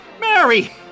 Mary